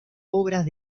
obras